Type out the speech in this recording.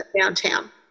downtown